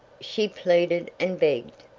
she pleaded and begged,